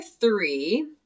three